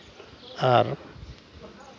ᱟᱨ